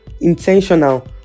intentional